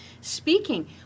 speaking